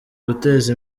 guteza